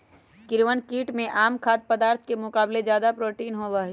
कीड़वन कीट में आम खाद्य पदार्थ के मुकाबला ज्यादा प्रोटीन होबा हई